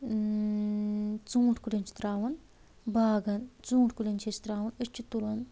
ژوٗنٹھۍ کُلٮ۪ن چھِ تراوَان باغَن ژوٗنٹھۍ کُلٮ۪ن چھِ أسۍ تراوَان أسۍ چھِ تُلان تہٕ